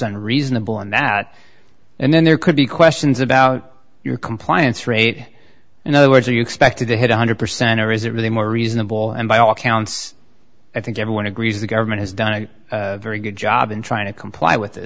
unreasonable on that and then there could be questions about your compliance rate in other words are you expected to hit one hundred percent or is it really more reasonable and by all accounts i think everyone agrees the government has done a very good job in trying to comply with